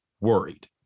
worried